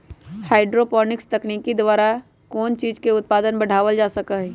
hydroponics तकनीक द्वारा कौन चीज के उत्पादन बढ़ावल जा सका हई